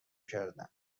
کردند